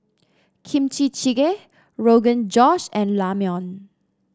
Kimchi Jjigae Rogan Josh and Ramyeon